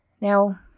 Now